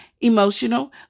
emotional